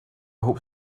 hope